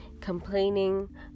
complaining